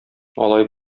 алай